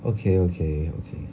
okay okay okay